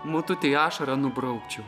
motutei ašarą nubraukčiau